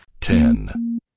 Ten